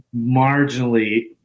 marginally